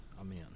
amen